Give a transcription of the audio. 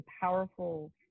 powerful